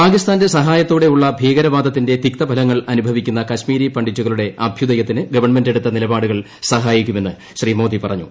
പാകിസ്ഥാന്റെ സഹായത്തോടെ ഉള്ള ഭീകരവാദത്തിന്റെ തിക്തഫലങ്ങൾ അനുഭവിക്കുന്ന കശ്മീരി പണ്ട്ഡിറ്റുക്ളുടെ അഭ്യുദയത്തിന് ഗവൺമെന്റ് എടുത്ത നിലപാടുകൾ സഹായിക്കുമെന്ന് ശ്രീ മോദി പറഞ്ഞു